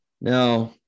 now